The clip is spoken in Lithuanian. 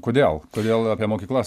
kodėl kodėl apie mokyklas